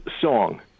song